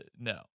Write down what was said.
no